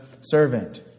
servant